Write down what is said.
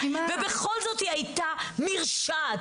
ובכל זאת היא הייתה מרשעת,